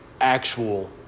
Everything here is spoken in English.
actual